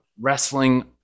wrestling